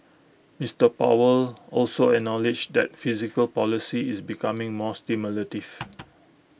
Mister powell also acknowledged that fiscal policy is becoming more stimulative